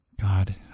God